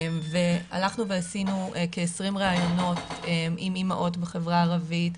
הלכנו ועשינו כ-20 ראיונות עם אימהות בחברה הערבית,